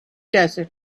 desert